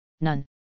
none